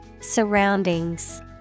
Surroundings